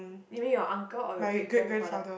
you mean your uncle or your great grandfather